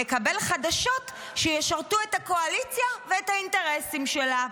נקבל חדשות שישרתו את הקואליציה ואת האינטרסים שלה.